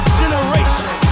generation